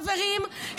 חברים,